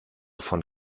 von